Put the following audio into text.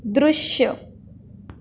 दृश्य